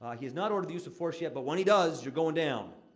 he has not ordered the use of force yet, but when he does, you're going down.